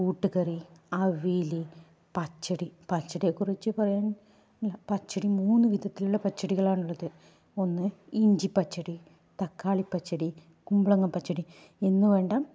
കൂട്ടുകറി ആവിയൽ പച്ചടി പച്ചടിയെ കുറിച്ചു പറയുകയാണ് പച്ചടി മൂന്നു വിധത്തിലുള്ള പച്ചടികളാണുള്ളത് ഒന്ന് ഇഞ്ചി പച്ചടി തക്കാളി പച്ചടി കുമ്പളങ്ങ പച്ചടി എന്നുവേണ്ട